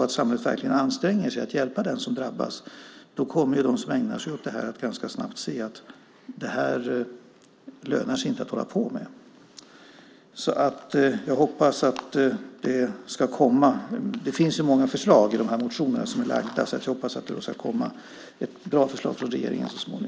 Om samhället verkligen anstränger sig för att hjälpa den som drabbas kommer de som ägnar sig åt sådant här ganska snabbt att se att det inte lönar sig att hålla på med detta. Det finns många förslag i de motioner som väckts, så jag hoppas att det så småningom kommer ett bra förslag från regeringen.